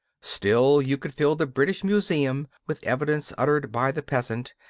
still you could fill the british museum with evidence uttered by the peasant,